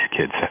kids